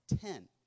Ten